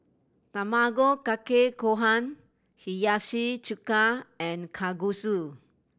Tamago Kake Gohan Hiyashi Chuka and Kalguksu